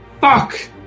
Fuck